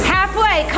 Halfway